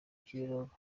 kimironko